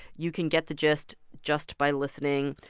you can get the gist just by listening.